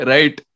Right